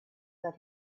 that